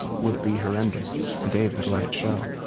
would be horrendous and david let it show.